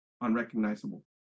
unrecognizable